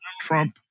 Trump